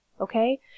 Okay